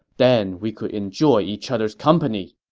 then we could enjoy each other's company!